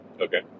Okay